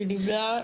מי נמנע?